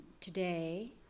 today